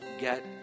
get